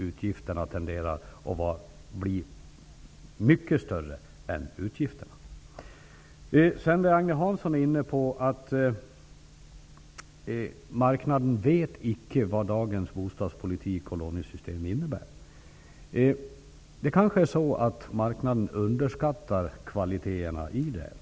Utgifterna tenderar att bli mycket större än intäkterna. Agne Hansson var inne på att marknaden icke vet vad dagens bostadspolitik och lånesystem innebär. Det kanske är så att marknaden underskattar kvaliteterna i dem.